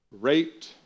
raped